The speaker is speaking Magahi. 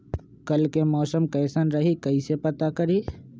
कल के मौसम कैसन रही कई से पता करी?